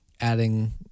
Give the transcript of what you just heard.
adding